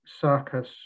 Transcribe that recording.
circus